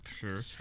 sure